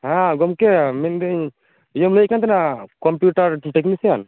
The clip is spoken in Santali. ᱦᱮᱸ ᱜᱚᱢᱠᱮ ᱢᱮᱱᱫᱟᱹᱧ ᱤᱭᱚᱢ ᱞᱟᱹᱭᱠᱟᱱ ᱛᱟᱦᱮᱱᱟ ᱠᱚᱢᱯᱤᱭᱩᱴᱟᱨ ᱴᱮᱠᱱᱤᱥᱤᱭᱮᱱ